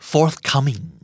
Forthcoming